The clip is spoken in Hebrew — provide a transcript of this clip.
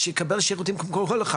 שיקבל שירותים כמו כל אחד.